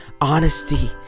honesty